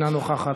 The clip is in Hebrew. אינה נוכחת,